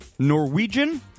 Norwegian